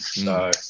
No